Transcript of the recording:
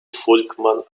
volkmann